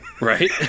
Right